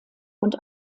und